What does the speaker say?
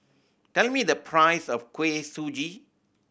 tell me the price of Kuih Suji